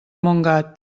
montgat